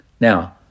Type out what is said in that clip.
Now